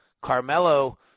Carmelo